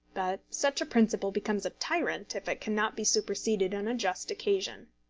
but such a principle becomes a tyrant if it cannot be superseded on a just occasion.